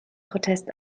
protest